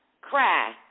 Cry